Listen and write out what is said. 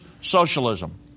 socialism